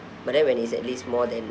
but then when it's at least more than